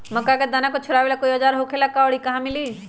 मक्का के दाना छोराबेला कोई औजार होखेला का और इ कहा मिली?